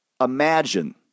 imagine